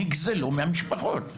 נגזלו מהמשפחות,